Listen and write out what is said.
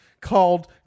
called